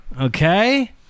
Okay